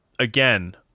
Again